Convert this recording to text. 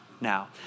now